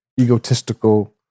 egotistical